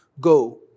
Go